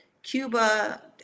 Cuba